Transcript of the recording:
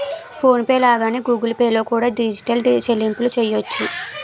phone pay లాగానే Google Pay లో కూడా డిజిటల్ చెల్లింపులు చెయ్యొచ్చు